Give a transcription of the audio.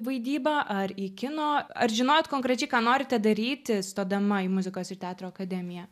vaidybą ar į kino ar žinojot konkrečiai ką norite daryti stodama į muzikos ir teatro akademiją